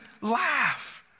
laugh